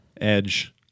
Edge